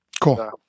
Cool